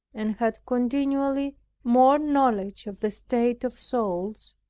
and had continually more knowledge of the state of souls,